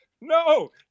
no